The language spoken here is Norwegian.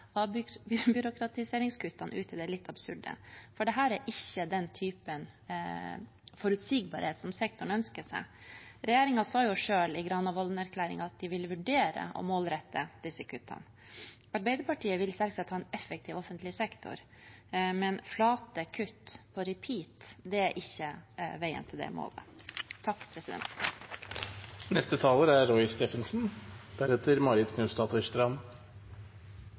ut i det litt absurde, for dette er ikke den typen forutsigbarhet som sektoren ønsker seg. Regjeringen sa selv i Granavolden-erklæringen at de ville vurdere å målrette disse kuttene. Arbeiderpartiet vil selvsagt ha en effektiv offentlig sektor, men flate kutt på «repeat» er ikke veien til det målet.